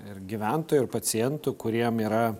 ir gyventojų ir pacientų kuriem yra